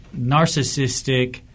narcissistic